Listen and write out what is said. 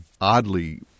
oddly